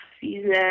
season